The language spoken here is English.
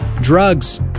Drugs